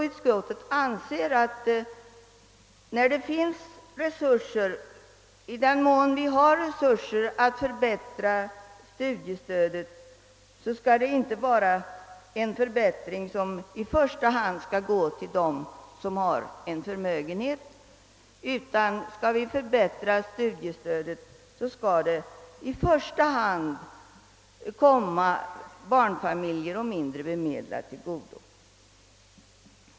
Utskottet anser att i den mån vi har resurser att förbättra studiestö det skall inte denna förbättring gå till dem som har förmögenhet utan i första hand komma barnfamiljer och mindre bemedlade till godo.